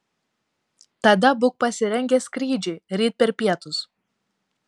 tada būk pasirengęs skrydžiui ryt per pietus